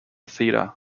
theta